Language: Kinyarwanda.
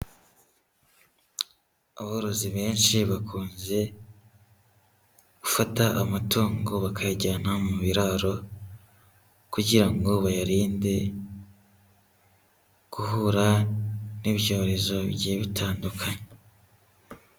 Aborozi benshi bakunze gufata amatungo bakayajyana mu biraro, kugira ngo bayarinde guhura n'ibyorezo bigiye bitandukanye.